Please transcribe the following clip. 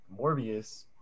Morbius